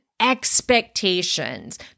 expectations